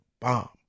bomb